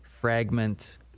Fragment